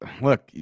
look